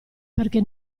perché